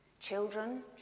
Children